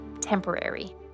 temporary